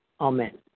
Amen